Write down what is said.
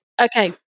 okay